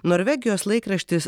norvegijos laikraštis